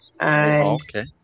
okay